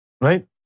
Right